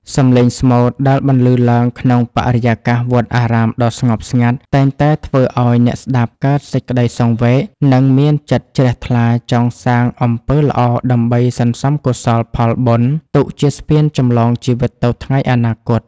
សម្លេងស្មូតដែលបន្លឺឡើងក្នុងបរិយាកាសវត្តអារាមដ៏ស្ងប់ស្ងាត់ តែងតែធ្វើឱ្យអ្នកស្ដាប់កើតសេចក្តីសង្វេគ និងមានចិត្តជ្រះថ្លាចង់សាងអំពើល្អដើម្បីសន្សំកុសលផលបុណ្យទុកជាស្ពានចម្លងជីវិតទៅថ្ងៃអនាគត។